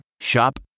Shop